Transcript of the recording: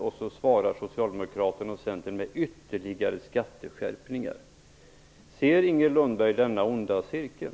Då svarar Socialdemokraterna och Centern med ytterligare skatteskärpningar. Ser Inger Lundberg denna onda cirkel?